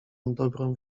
dobrą